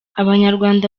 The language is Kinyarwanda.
abanyarwanda